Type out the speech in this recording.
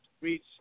reach